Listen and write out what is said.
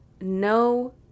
no